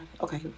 okay